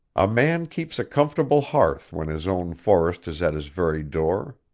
a man keeps a comfortable hearth when his own forest is at his very door.